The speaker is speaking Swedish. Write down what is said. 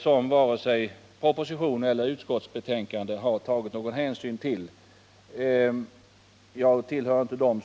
Varken departementschefen i propositionen eller utskottet har tagit upp något positivt för Blekinges del.